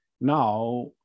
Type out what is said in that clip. now